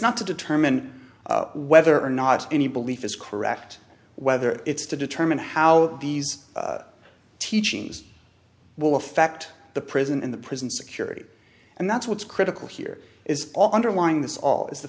not to determine whether or not any belief is correct whether it's to determine how these teachings will affect the prison in the prison security and that's what's critical here is all underlying this all is the